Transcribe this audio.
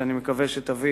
ואני מקווה שהיא תביא